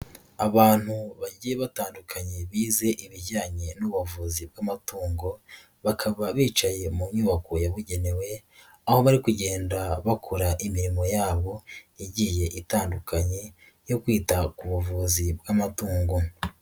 Abantu bagiye batandukanye bize ibijyanye n'ubuvuzi bw'amatungo, bakaba bicaye mu nyubako yabugenewe aho bari kugenda bakora imirimo yabo igiye itandukanye yo kwita ku buvuzi bw'amatungo.